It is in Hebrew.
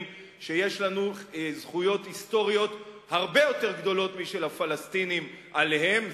שיש לנו זכויות היסטוריות הרבה יותר גדולות משל הפלסטינים עליהם.